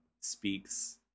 speaks